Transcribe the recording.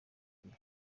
igihe